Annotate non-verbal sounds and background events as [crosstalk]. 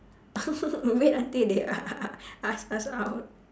[laughs] wait until they [laughs] ask us out